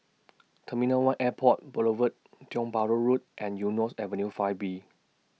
Terminal one Airport Boulevard Tiong Bahru Road and Eunos Avenue five B